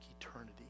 eternity